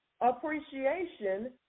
Appreciation